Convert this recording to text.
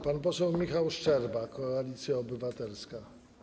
Pan poseł Michał Szczerba, Koalicja Obywatelska.